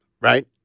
Right